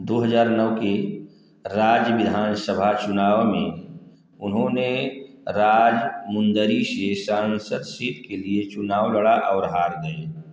दो हज़ार नौ के राज्य विधानसभा चुनाव में उन्होंने राजमुंदरी से सांसद सीट के लिए चुनाव लड़ा और हार गए